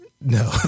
No